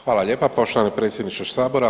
Hvala lijepa poštovani predsjedniče sabora.